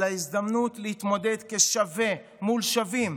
על ההזדמנות להתמודד כשווה מול שווים